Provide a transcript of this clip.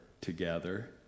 together